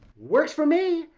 works for me!